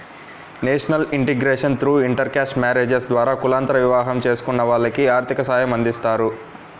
national integration through intercaste marriages ద్వారా కులాంతర వివాహం చేసుకున్న వాళ్లకి ఆర్థిక సాయమందిస్తారు